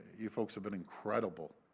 you folks have been incredible.